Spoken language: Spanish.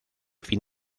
fin